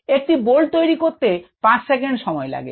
একটি বোল্ট তৈরি করতে 5 সেকেন্ড সময় লাগে